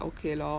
okay lor